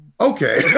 okay